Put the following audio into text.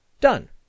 Done